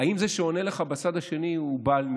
האם זה שעונה לך בצד השני הוא בעל מקצוע?